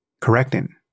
correcting